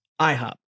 IHOP